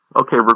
Okay